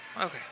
Okay